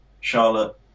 Charlotte